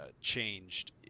changed